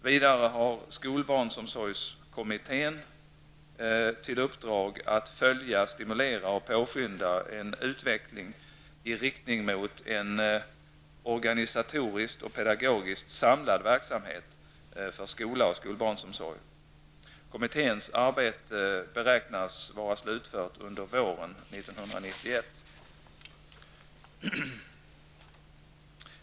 1989:16) till uppdrag att följa, stimulera och påskynda en utveckling i riktning mot en organisatoriskt och pedagogiskt samlad verksamhet för skola och skolbarnsomsorg. Kommitténs arbete beräknas vara slutfört under våren 1991.